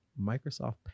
Microsoft